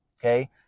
okay